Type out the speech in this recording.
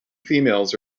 females